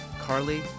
Carly